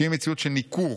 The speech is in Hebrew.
שהיא מציאות של ניכור,